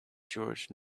george